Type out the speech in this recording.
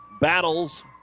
battles